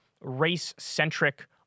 race-centric